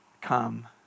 come